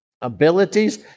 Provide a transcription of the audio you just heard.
abilities